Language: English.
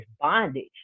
bondage